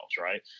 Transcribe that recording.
Right